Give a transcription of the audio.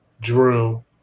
Drew